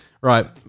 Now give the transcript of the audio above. right-